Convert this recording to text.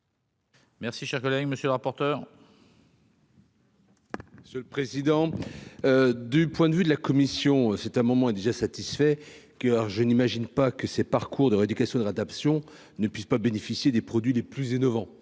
Merci, chers collègues, monsieur le rapporteur. Ce, le président du point de vue de la commission, c'est un moment elle disait satisfait car je n'imagine pas que ces parcours de rééducation de l'adaption ne puissent pas bénéficier des produits les plus innovants,